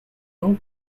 long